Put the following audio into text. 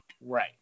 Right